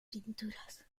pinturas